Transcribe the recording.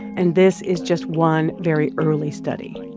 and this is just one very early study.